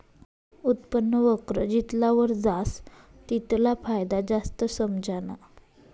उत्पन्न वक्र जितला वर जास तितला फायदा जास्त समझाना